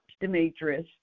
Demetrius